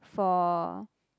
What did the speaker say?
for